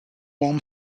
warm